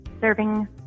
serving